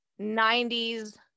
90s